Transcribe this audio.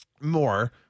more